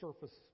surface